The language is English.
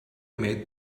made